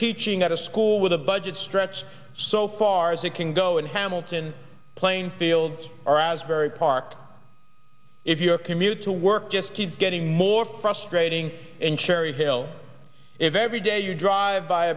teaching at a school with a budget stretched so far as it can go in hamilton plainfield are asbury park if your commute to work just keeps getting more frustrating in cherry hill if every day you drive by